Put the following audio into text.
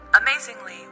Amazingly